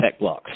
TechBlocks